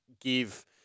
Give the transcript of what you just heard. give